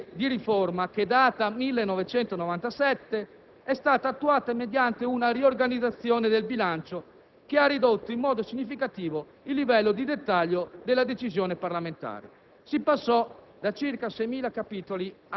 La prima direttrice di riforma che data 1997 è stata attuata mediante una riorganizzazione del bilancio, che ha ridotto in modo significativo il livello di dettaglio della decisione parlamentare;